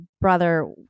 brother